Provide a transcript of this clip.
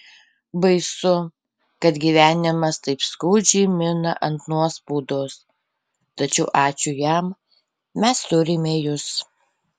baisu kad gyvenimas taip skaudžiai mina ant nuospaudos tačiau ačiū jam mes turime jus